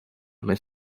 mes